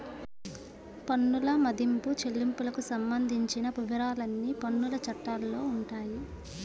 పన్నుల మదింపు, చెల్లింపులకు సంబంధించిన వివరాలన్నీ పన్నుల చట్టాల్లో ఉంటాయి